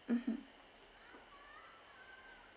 mmhmm